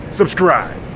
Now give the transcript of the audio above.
subscribe